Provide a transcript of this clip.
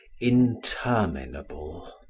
interminable